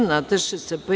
Nataše Sp.